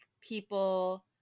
people